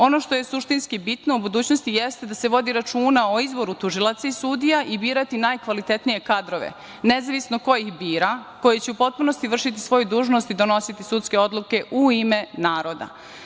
Ono što je suštinski bitno u budućnosti jeste da se vodi računa o izboru tužioca i sudija i birati najkvalitetnije kadrove, nezavisno ko ih bira, koji će u potpunosti vršiti svoju dužnost i donositi sudske odluke u ime naroda.